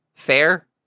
Fair